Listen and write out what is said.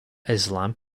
islam